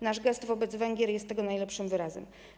Nasz gest wobec Węgier jest tego najlepszym wyrazem.